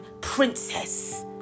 princess